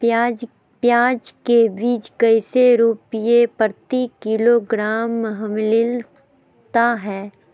प्याज के बीज कैसे रुपए प्रति किलोग्राम हमिलता हैं?